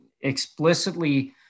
explicitly